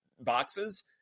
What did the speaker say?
boxes